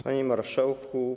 Panie Marszałku!